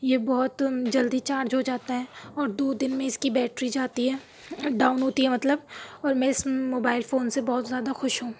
یہ بہت جلدی چارج ہو جاتا ہے اور دو دِن میں اِس کی بیٹری جاتی ہے ڈاؤن ہوتی ہے مطلب اور میں اِس موبائل فون سے زیادہ خوش ہوں